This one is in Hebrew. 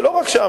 ולא רק שם.